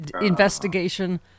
investigation